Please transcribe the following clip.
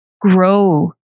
grow